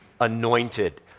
Anointed